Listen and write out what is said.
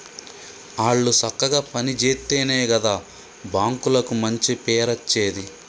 ఆళ్లు సక్కగ పని జేత్తెనే గదా బాంకులకు మంచి పేరచ్చేది